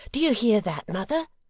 do you hear that, mother